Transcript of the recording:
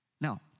Now